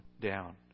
down